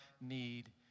need